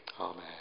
Amen